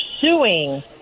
suing